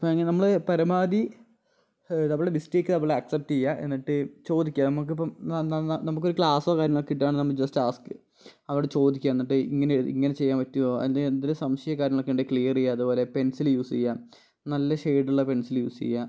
ഇപ്പം അങ്ങനെ നമ്മള് പരമാവധി നമ്മള് മിസ്റ്റേക്ക് നമ്മള് ആക്സെപ്റ്റ് ചെയ്യുക എന്നിട്ട് ചോദിക്കുക നമുക്കിപ്പം നമുക്കൊരു ക്ലാസോ കാര്യങ്ങളൊക്കെ കിട്ടുകയാണ് നമ്മൾ ജസ്റ്റ് ആസ്ക് അവരോട് ചോദിക്കുക എന്നിട്ട് ഇങ്ങനെ ഇങ്ങനെ ചെയ്യാൻ പറ്റുവോ അതിന് എന്തോര് സംശയവും കാര്യങ്ങളൊക്കെ ഉണ്ടേൽ ക്ലിയർ ചെയ്യുക അതുപോലെ പെൻസില് യൂസ് ചെയ്യുക നല്ല ഷേഡ് ഉള്ള പെൻസില് യൂസ് ചെയ്യുക